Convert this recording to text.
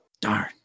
darn